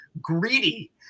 greedy